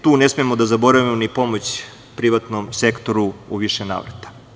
Tu ne smemo da zaboravimo ni pomoć privatnom sektoru u više navrata.